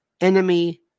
enemy